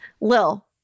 Lil